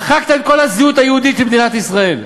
מחקתם את כל הזהות היהודית של מדינת ישראל.